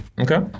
Okay